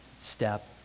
step